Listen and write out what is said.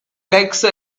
legs